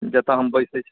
जतऽ हम बैसै छी